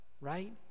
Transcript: Right